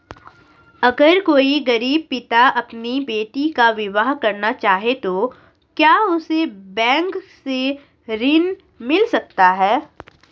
अगर कोई गरीब पिता अपनी बेटी का विवाह करना चाहे तो क्या उसे बैंक से ऋण मिल सकता है?